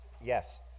yes